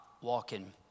walking